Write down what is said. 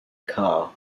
car